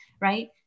right